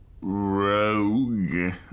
Rogue